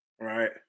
right